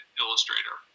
illustrator